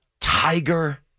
Tiger